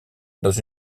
dans